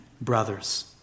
brothers